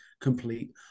complete